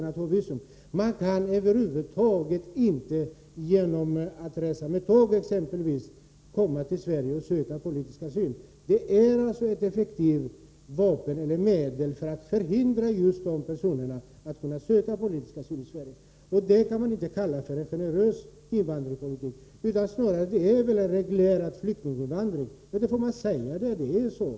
Man kan över huvud taget inte — inte heller genom att resa exempelvis med tåg — komma till Sverige och söka politisk asyl. Visumtvånget är alltså ett effektivt medel att förhindra dessa människor att söka politisk asyl. Det kan man inte kalla för en generös invandringspolitik. Det är snarare fråga om en reglerad flyktinginvandring. Men då får man säga att det är så.